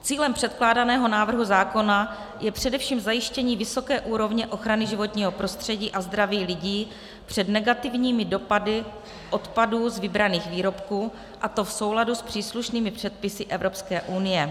Cílem předkládaného návrhu zákona je především zajištění vysoké úrovně ochrany životního prostředí a zdraví lidí před negativními dopady odpadů z vybraných výrobků, a to v souladu s příslušnými předpisy EU.